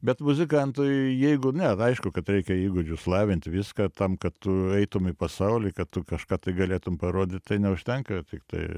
bet muzikantui jeigu ne nu aišku kad reikia įgūdžius lavint viską tam kad tu eitum į pasaulį kad tu kažką tai galėtum parodyt tai neužtenka tiktai